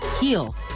heal